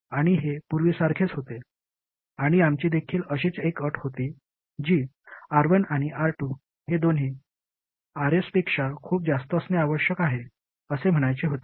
आणि हे पूर्वीसारखेच होते आणि आमची देखील अशीच एक अट होती जी R1 आणि R2 हे दोन्ही Rs पेक्षा खूप जास्त असणे आवश्यक आहे असे म्हणायचे होते